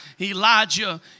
Elijah